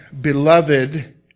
Beloved